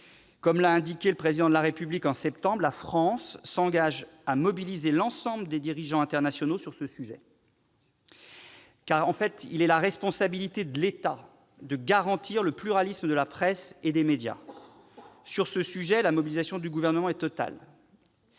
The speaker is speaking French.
Comme l'a indiqué le Président de la République en septembre, la France s'engage à mobiliser l'ensemble des dirigeants internationaux sur ce sujet. Il est en effet de la responsabilité de l'État de garantir le pluralisme de la presse et des médias. Sur ce sujet, la mobilisation du Gouvernement est totale.